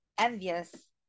envious